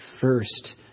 first